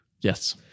Yes